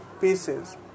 pieces